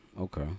Okay